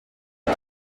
est